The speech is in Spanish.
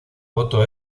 voto